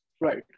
Right